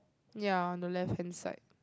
ya the left hand side